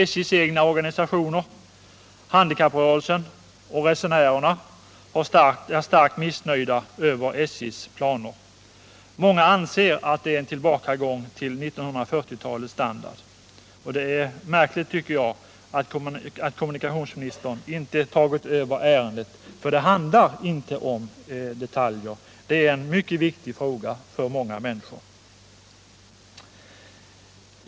SJ:s egna organisationer, handikapprörelsen och resenärerna är starkt missnöjda över SJ:s planer. Många anser att det är en tillbakagång till 1940-talets standard. Det är märkligt, tycker jag, att kommunikationsministern ungefär detsamma, nämligen att ”de nya vagnarna om detaljer. Det är en mycket viktig fråga för många människor.